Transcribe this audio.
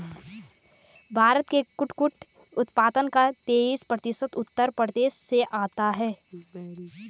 भारत में कुटकुट उत्पादन का तेईस प्रतिशत उत्तर प्रदेश से आता है